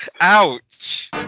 Ouch